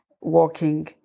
walking